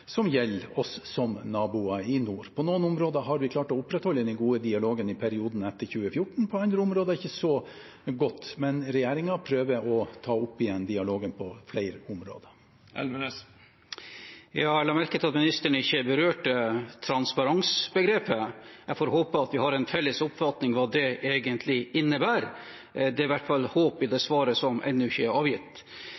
gjelder oss som naboer i nord. På noen områder har vi klart å opprettholde den gode dialogen i perioden etter 2014, på andre områder ikke så godt. Men regjeringen prøver å ta opp igjen dialogen på flere områder. Jeg la merke til at ministeren ikke berørte transparens-begrepet – jeg får håpe at vi har en felles oppfatning av hva det egentlig innebærer. Det er i hvert fall håp i det